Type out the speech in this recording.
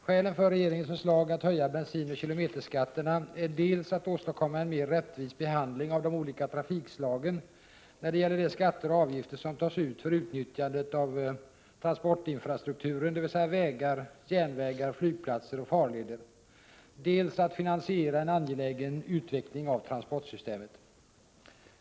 Skälen för regeringens förslag att höja bensinoch kilometerskatterna är dels att åstadkomma en mer rättvis behandling av de olika trafikslagen när det gäller de skatter och avgifter som tas ut för utnyttjandet av transportinfrastrukturen, dvs. vägar, järnvägar, flygplatser och farleder, dels att finansiera en angelägen utveckling av transportsystemet.